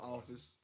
Office